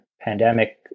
pandemic